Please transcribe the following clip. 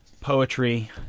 Poetry